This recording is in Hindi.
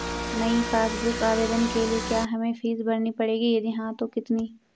नयी पासबुक बुक आवेदन के लिए क्या हमें फीस भरनी पड़ेगी यदि हाँ तो कितनी?